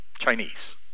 Chinese